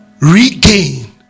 regain